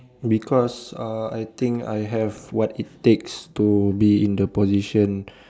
because uh I think I have what it takes to be in the position